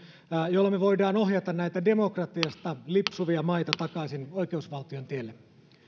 joilla me voimme ohjata näitä demokratiasta lipsuvia maita takaisin oikeusvaltion tielle